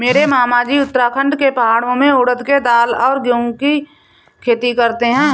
मेरे मामाजी उत्तराखंड के पहाड़ों में उड़द के दाल और गेहूं की खेती करते हैं